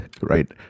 Right